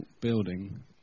building